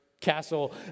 castle